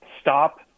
stop